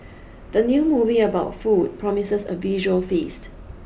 the new movie about food promises a visual feast